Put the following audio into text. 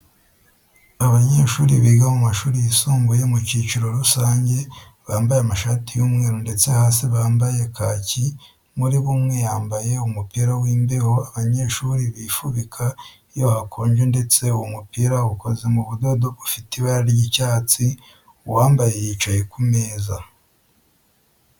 Abanyeshuri biga mu mashuri yisumbuye mu cyiciro rusange, bambaye amshati y'umweru ndetse hasi bambaye kaki. Muri bo umwe yambaye umupira w'imbeho abanyeshuri bifubika iyo hakonje ndetse uwo mupira ukoze mu budodo bufite ibara ry'icyatsi. Uwambaye yicaye ku meza.